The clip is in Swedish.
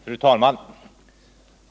Fru talman!